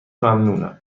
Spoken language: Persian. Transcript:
ممنونم